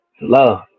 Love